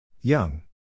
Young